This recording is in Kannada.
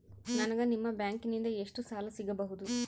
ನನಗ ನಿಮ್ಮ ಬ್ಯಾಂಕಿನಿಂದ ಎಷ್ಟು ಸಾಲ ಸಿಗಬಹುದು?